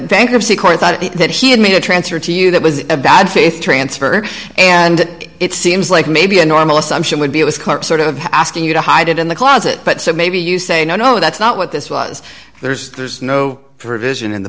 bankruptcy court thought that he had made a transfer to you that was a bad faith transfer and it seems like maybe a normal assumption would be it was sort of asking you to hide it in the closet but so maybe you say no no that's not what this was there's there's no provision in